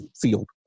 field